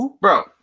Bro